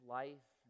life